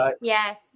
Yes